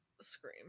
Scream